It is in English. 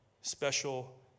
special